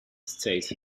states